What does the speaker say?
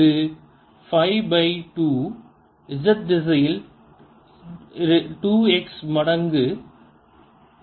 இது 5 pi 2 z திசையில் 2x மடங்கு z ஆகும்